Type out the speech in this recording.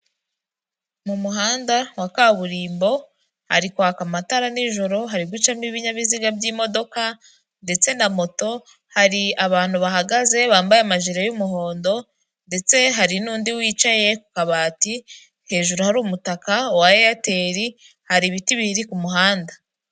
Mu muhanda wa kaburimbo, hari kwaka amatara nijoro, hari gucamo ibinyabiziga by'imodoka ndetse na moto, hari abantu bahagaze, bambaye amajipo y'umuhondo ndetse hari n'undi wicaye ku kabati, hejuru hari umutaka wa eyateri, hari ibiti biri ku muhanda.